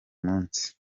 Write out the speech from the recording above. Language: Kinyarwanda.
munsi